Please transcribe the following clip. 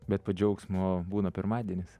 bet po džiaugsmo būna pirmadienis